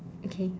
okay